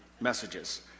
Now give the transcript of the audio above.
messages